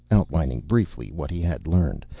outlining briefly what he had learned.